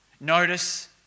Notice